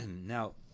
Now